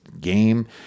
game